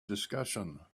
discussion